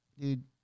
dude